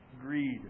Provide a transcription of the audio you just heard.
greed